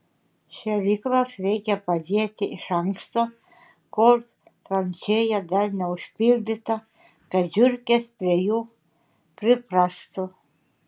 šėryklas reikia padėti iš anksto kol tranšėja dar neužpildyta kad žiurkės prie jų priprastų